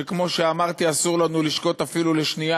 שכמו שאמרתי אסור לנו לשקוט אפילו לשנייה